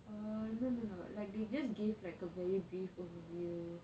uh no no no like they just gave a very brief overview